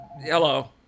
Hello